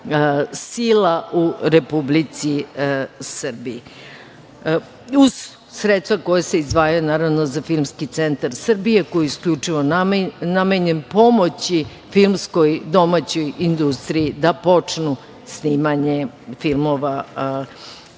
sila u Republici Srbiji. Uz sredstva koja se izdvajaju naravno za Filmski centar Srbije, koji je isključivo namenjen pomoći filmskoj domaćoj industriji da počnu snimanje filmova naše